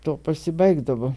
tuo pasibaigdavo